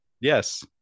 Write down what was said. Yes